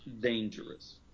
dangerous